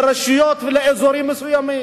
של רשויות ושל אזורים מסוימים.